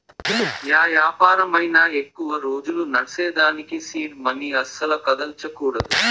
yeah యాపారమైనా ఎక్కువ రోజులు నడ్సేదానికి సీడ్ మనీ అస్సల కదల్సకూడదు